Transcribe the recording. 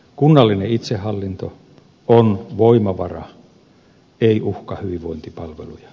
kunnallinen itsehallinto on voimavara ei uhka hyvinvointipalveluille